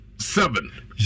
Seven